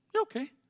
okay